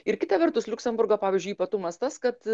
ir kita vertus liuksemburgo pavyzdžiui ypatumas tas kad